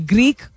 Greek